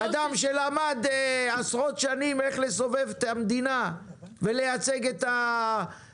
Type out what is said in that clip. הרי הם לא הרוויחו מספיק מזה שפיטרו עובדים וסגרו סניפים?